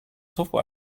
software